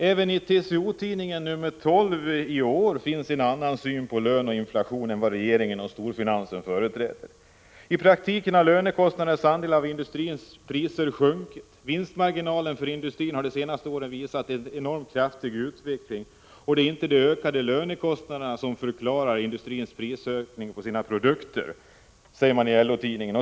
Även i TCO-tidningen, nr 12i år, finns en annan syn på lön och inflation än den regeringen och storfinansen företräder. Tidningen hävdar att i praktiken har lönekostnadernas andel av industrins priser sjunkit, att vinstmarginalen för industrin de senaste åren visat en enormt kraftig utveckling och att det inte är ökade lönekostnader som förklarar industrins prishöjningar på sina produkter.